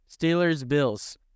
Steelers-Bills